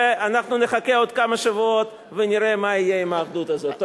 ואנחנו נחכה עוד כמה שבועות ונראה מה יהיה עם האחדות הזאת.